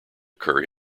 occur